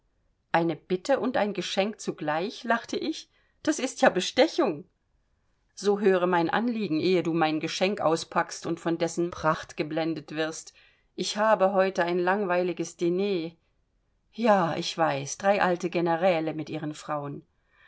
eine bitte und ein geschenk zugleich lachte ich das ist ja bestechung so höre mein anliegen ehe du mein geschenk auspackst und von dessen pracht geblendet wirst ich habe heute ein langweiliges diner ja ich weiß drei alte generäle mit ihren frauen